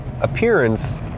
appearance